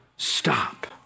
stop